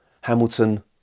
Hamilton